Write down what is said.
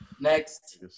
Next